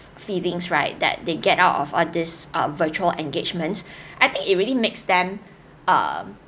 feelings right that they get out of all this err virtual engagements I think it really makes them um